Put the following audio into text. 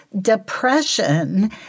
depression